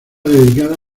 dedicada